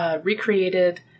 recreated